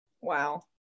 Wow